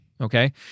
Okay